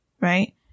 right